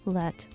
let